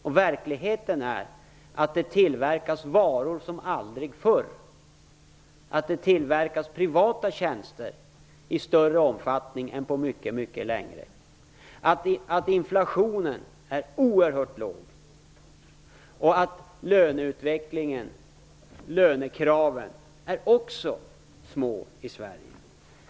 Och verkligheten är den att det tillverkas varor som aldrig förr, att det skapas privata tjänster i större omfattning än på mycket länge, att inflationen är oerhört låg och att lönekraven är små i Sverige.